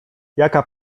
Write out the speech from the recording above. jaka